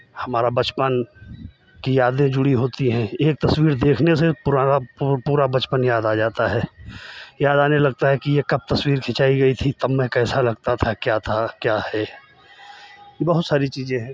हमारा बचपन की यादें जुड़ी होती हैं एक तस्वीर देखने से पुराना पूरा बचपन याद आ जाता है याद आने लगता है कि ये कब तस्वीर खिंचाई गई थी तब मैं कैसा लगता था क्या था क्या है बहुत सारी चीज़ें हैं